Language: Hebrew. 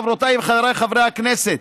חברותיי וחבריי חברי הכנסת,